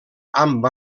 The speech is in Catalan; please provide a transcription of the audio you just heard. amb